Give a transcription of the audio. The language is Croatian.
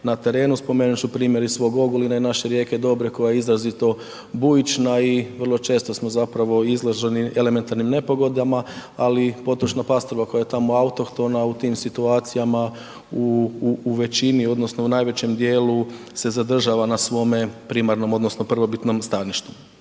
na terenu. Spomenut ću primjer iz svog Ogulina i naše rijeke Dobre koja je izrazito bujična i vrlo često smo zapravo izloženi elementarnim nepogodama, ali potočna pastrva koja je tamo autohtona u tim situacijama u većini, odnosno u najvećem dijelu se zadržava na svome primarnom, odnosno prvobitnom staništu.